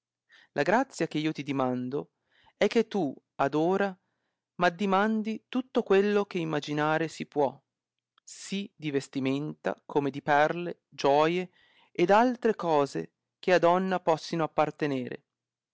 la grazia che io ti dimando è che tu ad ora m'addimandi tutto quello che imaginare si può sì di vestimenta come di perle gioie ed altre cose che a donna possino appartenere